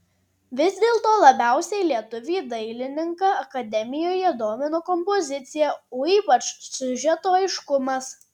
vis dėlto labiausiai lietuvį dailininką akademijoje domino kompozicija o ypač siužeto aiškumas